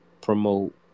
promote